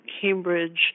Cambridge